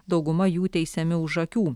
dauguma jų teisiami už akių